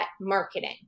marketing